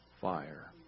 fire